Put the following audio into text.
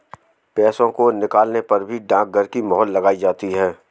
पैसों को निकालने पर भी डाकघर की मोहर लगाई जाती है